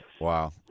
Wow